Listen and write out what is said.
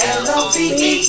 love